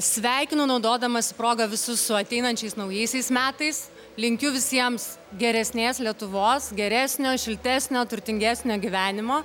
sveikinu naudodamasi proga visus su ateinančiais naujaisiais metais linkiu visiems geresnės lietuvos geresnio šiltesnio turtingesnio gyvenimo